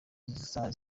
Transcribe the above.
zari